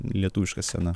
lietuviška scena